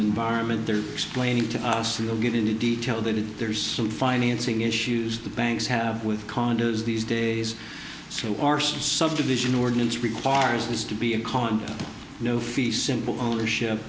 environment they're explaining to us you know given the detail that there's some financing issues the banks have with condos these days so our subdivision ordinance requires this to be a con no fee simple ownership